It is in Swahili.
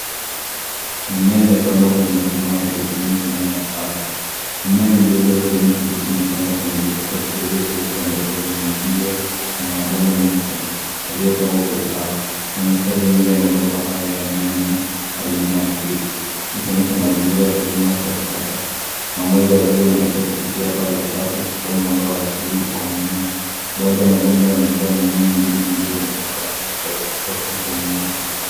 Mimea imepandwa kwenye mfumo wa haidroponiki ndani ya chafu. Mimea midogo ya kijani kibichi imepandwa kwenye vikoko vidogo vyeusi ambavyo vimeingizwa kwenye mabomba myeupe yaliyopangwa wa usawa. Kuna mistari mingi ya mabomba haya yanayoenea hadi nyuma ya picha, ikionyesha mazingira ya kilimo cha kisasa. Mwangaza wa jua unapita kupitia paa la chatu ukitoa mwanga wa asili kwa mimea. Baadhi ya mabomba yamejaa mimea mingine midogo labda aina tofauti ya mimea.